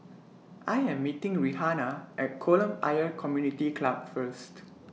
I Am meeting Rihanna At Kolam Ayer Community Club First